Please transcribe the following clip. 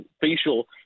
facial